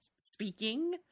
speaking